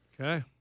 Okay